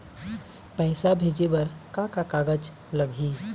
पैसा भेजे बर का का कागज लगही?